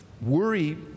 Worry